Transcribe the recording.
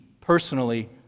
personally